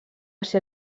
ser